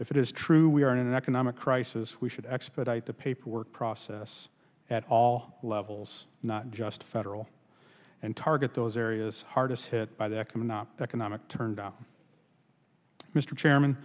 if it is true we are in an economic crisis we should expedite the paperwork process at all levels not just federal and target those areas hardest hit by that cannot that konami turned out mr chairman